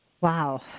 Wow